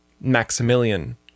Maximilian